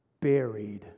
buried